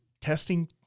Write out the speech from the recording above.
testing